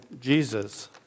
Jesus